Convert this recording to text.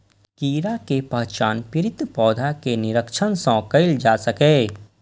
कीड़ा के पहचान पीड़ित पौधा के निरीक्षण सं कैल जा सकैए